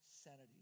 sanity